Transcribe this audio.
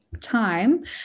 time